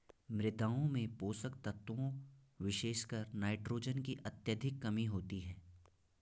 मृदाओं में पोषक तत्वों विशेषकर नाइट्रोजन की अत्यधिक कमी होती है